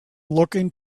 looking